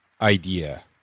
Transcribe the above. idea